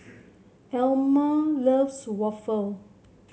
Elma loves Waffle